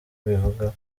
abivugaho